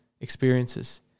experiences